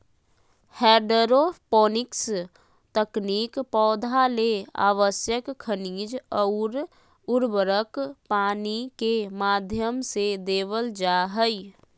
hydroponics तकनीक पौधा ले आवश्यक खनिज अउर उर्वरक पानी के माध्यम से देवल जा हई